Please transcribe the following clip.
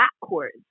backwards